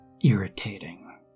irritating